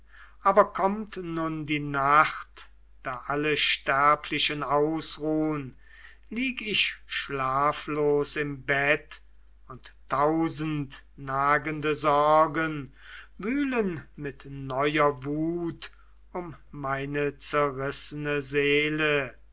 aber kommt nun die nacht da alle sterblichen ausruhn lieg ich schlaflos im bett und tausend nagende sorgen wühlen mit neuer wut um meine zerrissene seele